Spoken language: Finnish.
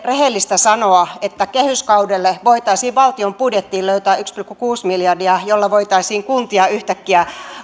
rehellistä sanoa että kehyskaudelle voitaisiin valtion budjettiin löytää yksi pilkku kuusi miljardia jolla voitaisiin kuntia yhtäkkiä